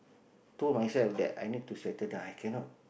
told myself that I need to settle down I cannot